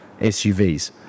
SUVs